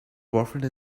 boyfriend